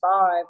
five